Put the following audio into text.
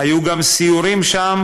היו גם סיורים שם,